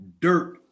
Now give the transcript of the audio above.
dirt